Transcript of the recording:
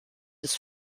des